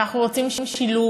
ואנחנו רוצים שילוב,